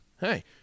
Hey